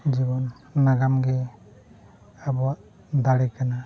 ᱡᱮᱢᱚᱱ ᱱᱟᱜᱟᱢ ᱜᱮ ᱟᱵᱚᱣᱟᱜ ᱫᱟᱲᱮ ᱠᱟᱱᱟ